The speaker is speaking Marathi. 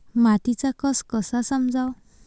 मातीचा कस कसा समजाव?